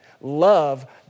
Love